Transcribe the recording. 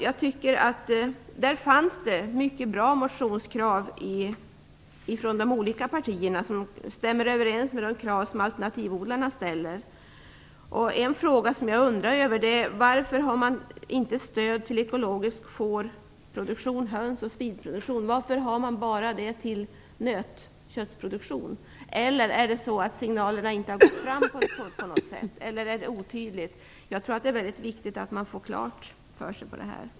Det fanns mycket bra motionskrav från de olika partierna som stämmer överens med de krav som alternativodlarna ställer. Har signalerna kanske inte gått fram riktigt eller är det otydligt? Jag tror att det är mycket viktigt att man får det här klart för sig. Fru talman!